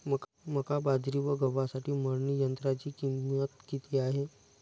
मका, बाजरी व गव्हासाठी मळणी यंत्राची किंमत किती आहे?